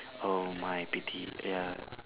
oh my pity ya